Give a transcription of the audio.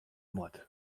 moat